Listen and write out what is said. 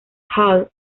hall